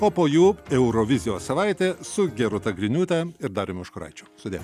po po jų eurovizijos savaitė su gerūta griniūte ir dariumi užkuraičiu sudie